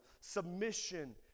submission